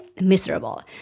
miserable